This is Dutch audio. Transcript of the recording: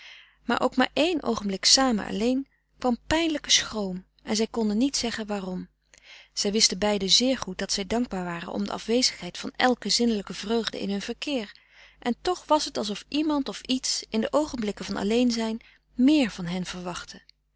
maar ook maar één oogenblik samen alleen kwam pijnlijke schroom en zij konden niet zeggen waarom zij wisten beiden zeer goed dat zij dankbaar waren om de afwezigheid van elke zinnelijke vreugde in hun verkeer en toch was het alsof iemand of iets in de oogenblikken van alleen zijn méér van hen verwachtte